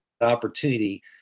opportunity